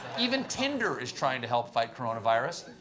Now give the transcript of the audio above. even tinder is trying to help fight coronavirus.